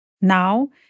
Now